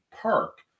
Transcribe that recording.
park